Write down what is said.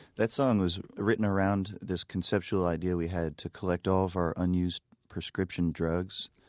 that song was written around this conceptual idea we had to collect all of our unused prescription drugs